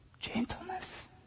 gentleness